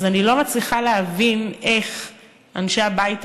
אז אני לא מצליחה להבין איך אנשי הבית היהודי,